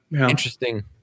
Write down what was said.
Interesting